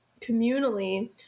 communally